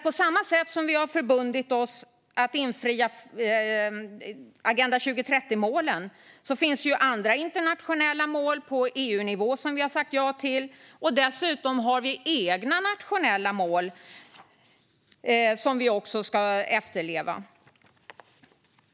På samma sätt som vi har förbundit oss att uppnå Agenda 2030-målen finns det ju andra internationella mål på EU-nivå som vi har sagt ja till. Dessutom har vi egna nationella mål som vi ska efterleva.